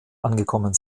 angekommen